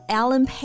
Alan